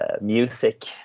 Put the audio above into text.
music